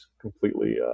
completely